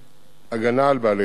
(הגנה על בעלי-חיים)